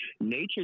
Nature